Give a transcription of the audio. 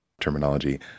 terminology